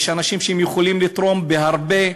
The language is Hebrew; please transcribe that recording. יש אנשים שיכולים לתרום והרבה,